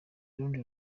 urundi